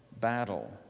battle